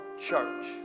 church